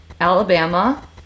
Alabama